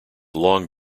long